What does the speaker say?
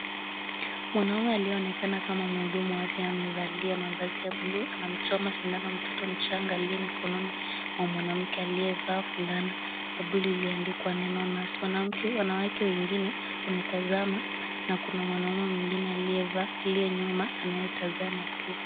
Mwanaume aliyeonekana kama mhudumu wa afya amevalia mavazi ya bluu anamchoma sindano mtoto mchanga aliye mikononi mwa mwanamke aliyevaa fulana ya bluu iliyoandikwa neno nurse . Wanawake wengine wametazama na kuna mwanaume mwingine aliye nyuma anayetazama pia.